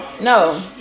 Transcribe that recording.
No